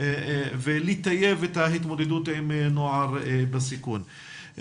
ולטייב את ההתמודדות עם נוער בסיכון.